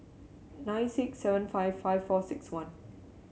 nine six seven five five four six one